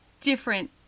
different